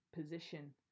position